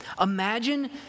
Imagine